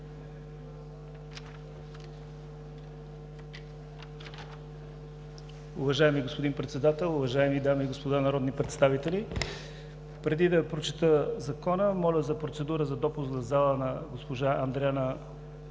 Уважаеми господин Председател, уважаеми дами и господа народни представители! Преди да прочета Закона, моля за процедура за допуск в залата на госпожа Андреана